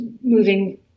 moving